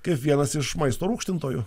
kaip vienas iš maisto rūgštintojų